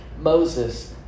Moses